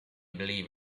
believe